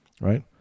right